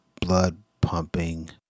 blood-pumping